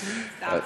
סתם, סתם.